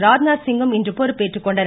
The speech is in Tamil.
ராஜ்நாத் சிங்கும் இன்று பொறுப்பேற்றுக்கொண்டனர்